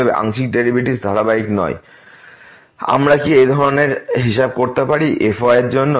অতএব এই আংশিক ডেরিভেটিভস ধারাবাহিক নয় সময় দেখুন 3118 আমরা কি একই ধরনের হিসাব করতে পারি fyএর জন্য